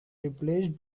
replaced